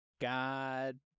God